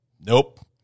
nope